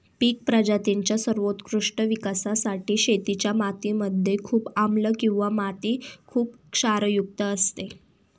पिक प्रजातींच्या सर्वोत्कृष्ट विकासासाठी शेतीच्या माती मध्ये खूप आम्लं किंवा माती खुप क्षारयुक्त असते